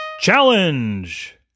Challenge